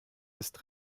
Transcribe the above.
ist